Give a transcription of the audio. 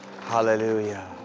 Hallelujah